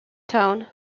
town